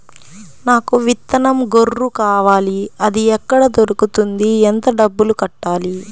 నాకు విత్తనం గొర్రు కావాలి? అది ఎక్కడ దొరుకుతుంది? ఎంత డబ్బులు కట్టాలి?